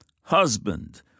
husband